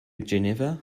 geneva